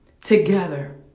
together